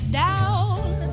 down